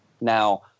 Now